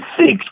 six